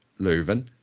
Leuven